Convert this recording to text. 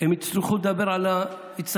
הם יצטרכו לדבר על הרצינות,